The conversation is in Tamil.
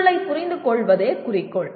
சூழலைப் புரிந்துகொள்வதே குறிக்கோள்